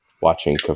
watching